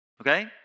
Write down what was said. okay